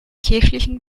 kirchlichen